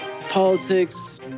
politics